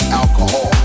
alcohol